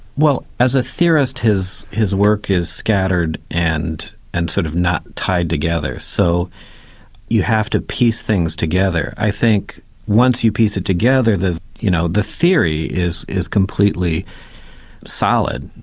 well as a theorist his his work is scattered and and sort of not tied together, so you have to piece things together. i think once you piece it together the you know the theory is is completely solid.